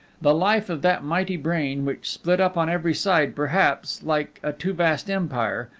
the life of that mighty brain, which split up on every side perhaps, like a too vast empire,